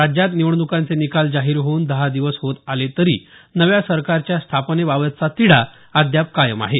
राज्यात निवडणुकांचे निकाल जाहीर होऊन दहा दिवस होत आले तरी नव्या सरकारच्या स्थापनेबाबतचा तिढा अद्याप कायम आहे